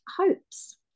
hopes